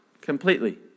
completely